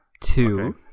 two